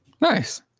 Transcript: Nice